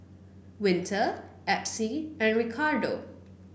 Winter Epsie and Ricardo